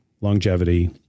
longevity